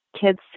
kids